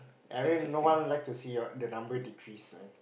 I mean no one like to see your the number decrease right